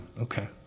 Okay